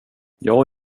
jag